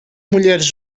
mulheres